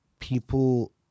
People